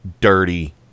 dirty